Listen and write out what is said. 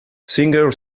singer